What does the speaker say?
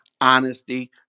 honesty